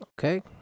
Okay